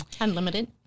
unlimited